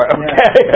okay